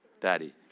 Daddy